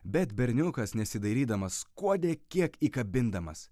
bet berniukas nesidairydamas skuodė kiek įkabindamas